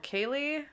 Kaylee